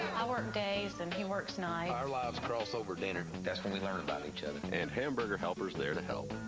i work days and he works nights. our lives cross over dinner, that's where we learn about each other, and hamburger helper's there to help.